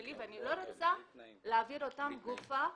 אני דואגת להורים שלי ואני לא רוצה להעביר אותם גופה ללבנון.